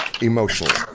emotionally